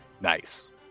Nice